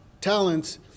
talents